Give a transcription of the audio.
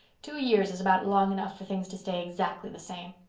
two years is about long enough for things to stay exactly the same.